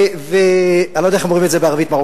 אני לא יודע איך אומרים את זה בערבית מרוקאית,